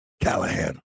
Callahan